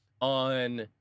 on